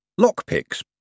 Lockpicks